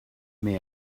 may